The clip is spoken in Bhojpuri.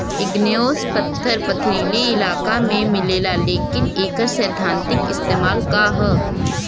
इग्नेऔस पत्थर पथरीली इलाका में मिलेला लेकिन एकर सैद्धांतिक इस्तेमाल का ह?